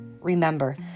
Remember